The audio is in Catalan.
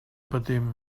patim